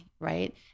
right